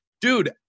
dude